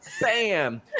Bam